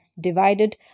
divided